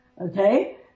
Okay